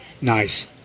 Nice